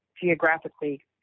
geographically